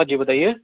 ہاں جی بتائیے